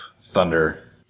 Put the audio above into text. thunder